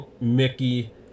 Mickey